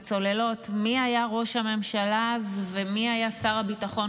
הצוללות: מי היה ראש הממשלה אז ומי היה שר הביטחון,